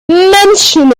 mention